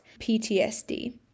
PTSD